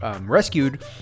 rescued